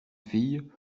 fille